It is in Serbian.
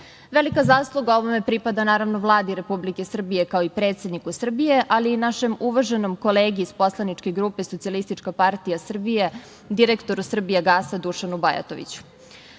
zasluga ovome pripada Vladi Republike Srbije, kao i predsedniku Srbije, ali i našem uvaženom kolegi iz poslaničke grupe Socijalističke partije Srbije, direktoru „Srbijagasa“ Dušanu Bajatoviću. Rusija